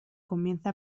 comienza